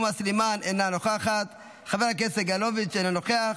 מירב כהן, אינה נוכחת, חבר הכנסת כסיף, אינו נוכח,